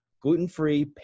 gluten-free